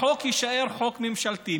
החוק יישאר חוק ממשלתי,